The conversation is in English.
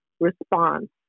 response